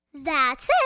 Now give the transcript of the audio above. that's it.